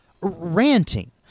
Ranting